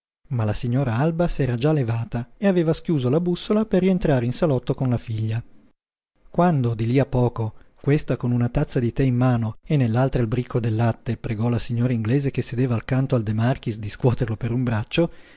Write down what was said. ma la signora alba s'era già levata e aveva schiuso la bussola per rientrare in salotto con la figlia quando di lí a poco questa con una tazza di tè in una mano e nell'altra il bricco del latte pregò la signora inglese che sedeva accanto al de marchis di scuoterlo per un braccio